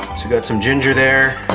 we got some ginger there.